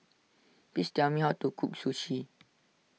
please tell me how to cook Sushi